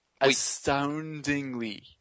Astoundingly